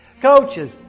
Coaches